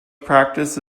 practice